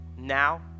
now